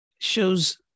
shows